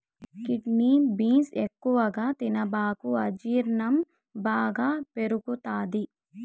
kidney beans ఎక్కువగా తినబాకు అజీర్ణం బాగా పెరుగుతది